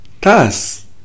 tas